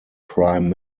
prime